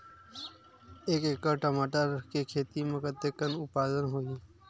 एक एकड़ टमाटर के खेती म कतेकन उत्पादन होही?